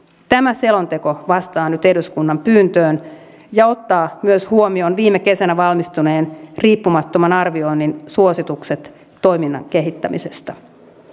tämä selonteko vastaa nyt eduskunnan pyyntöön ja ottaa myös huomioon viime kesänä valmistuneen riippumattoman arvioinnin suositukset toiminnan kehittämisestä